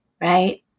right